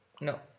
No